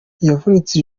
yavunitse